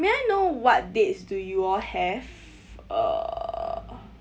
may I know what dates do you all have uh